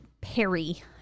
Perry